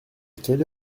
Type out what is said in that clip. quelle